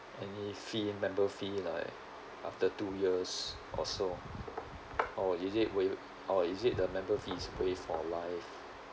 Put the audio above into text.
any fee member fee like after two years or so or is it waived or is it the member fee is waived for life